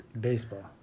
Baseball